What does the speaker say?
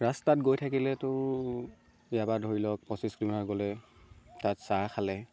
ৰাস্তাত গৈ থাকিলেতো ইয়াৰ পৰা ধৰি লওক পঁচিছ কিলোমিটাৰ আগলৈ তাত চাহ খালে